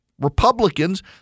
Republicans